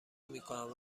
میکنند